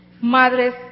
Madres